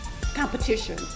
competition